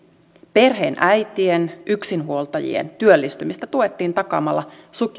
perheenäitien yksinhuoltajien työllistymistä tuettiin takaamalla